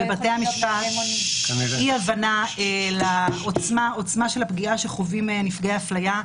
בבתי המשפט אי הבנה לעוצמה של הפגיעה שחווים נפגעי הפליה.